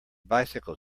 bicycle